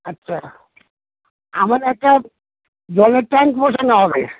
আচ্ছা আমার একটা জলের ট্যাংক বসানো হবে